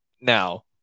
Now